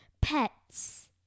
pets